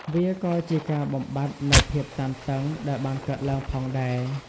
វាក៏ជាការបំបាត់នូវភាពតានតឹងដែលបានកើតឡើងផងដែរ។